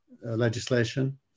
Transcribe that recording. legislation